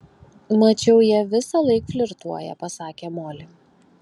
mačiau jie visąlaik flirtuoja pasakė moli